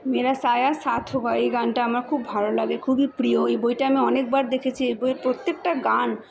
মেরা সায়া সাথ হোগা এই গানটা আমার খুব ভালো লাগে খুবই প্রিয় এই বইটা আমি অনেকবার দেখেছি এই বইয়ের প্রত্যেকটা গান